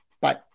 Bye